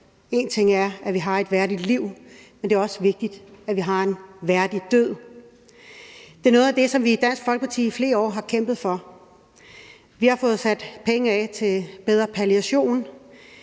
vigtigt, at vi har et værdigt liv, er det også vigtigt, at vi har en værdig død. Det er noget af det, som vi i Dansk Folkeparti i flere år har kæmpet for. Vi har fået sat penge af til bedre palliation,